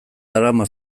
darama